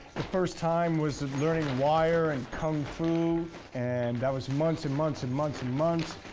the first time was learning wire and kung-fu and that was months and months and months and months.